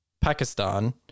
Pakistan